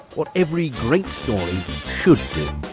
what every great story should do.